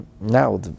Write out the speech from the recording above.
now